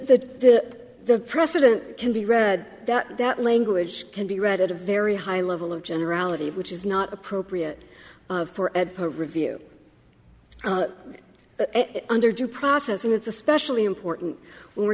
that the precedent can be read that that language can be read at a very high level of generality which is not appropriate for at her review under due process and it's especially important when we're